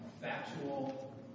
factual